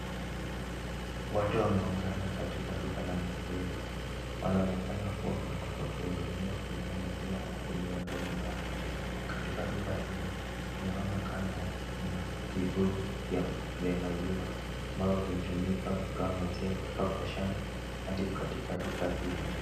Watu wameungana katika duka la maziwa. Wanaonekana kuwa wanataka kuhudumiwa kununua maziwa yao ili waende nyumbani. Katika duka hiyo tunaona kando yake kuna vibuyu vya maziwa ambavyo vinatumika kutoa maziwa kutoka kwa shamba hadi katika duka hilo.